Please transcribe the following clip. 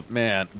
man